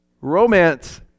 Romance